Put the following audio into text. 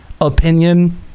opinion